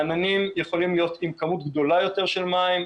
העננים יכולים להיות עם כמות גדולה יותר של מים.